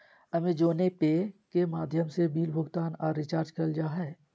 अमेज़ोने pay के माध्यम से बिल भुगतान आर रिचार्ज करल जा हय